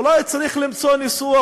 אולי צריך למצוא ניסוח,